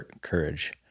courage